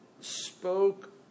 spoke